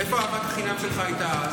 איפה אהבת החינם שלך הייתה אז?